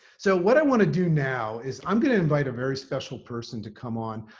so what i want to do now is i'm going to invite a very special person to come on.